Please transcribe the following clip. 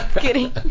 Kidding